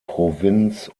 provinz